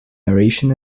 narration